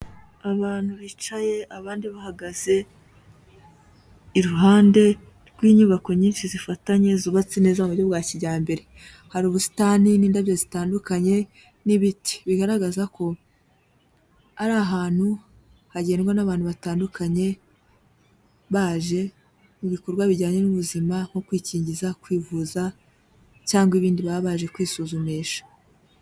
Abantu bicaye abandi bahagaze, iruhande rw'inyubako nyinshi zifatanye zubatse neza mu bwa kijyambere, hari ubusitani n'indabyo zitandukanye n'ibiti, bigaragaza ko ari ahantu hagendwa n'abantu batandukanye baje mu bikorwa bijyanye n'ubuzima, nko kwikingiza, kwivuza cyangwa ibindi baba baje kwisuzumisha.